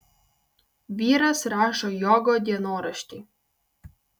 vyras rašo jogo dienoraštį